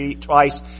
twice